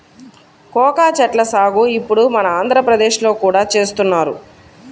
cocoa చెట్ల సాగు ఇప్పుడు మన ఆంధ్రప్రదేశ్ లో కూడా చేస్తున్నారు